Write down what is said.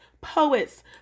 poets